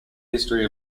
history